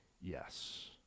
yes